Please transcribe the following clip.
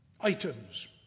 items